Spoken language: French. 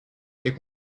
est